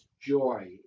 joy